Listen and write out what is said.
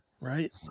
right